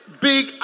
big